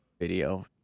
video